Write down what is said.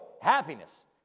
happiness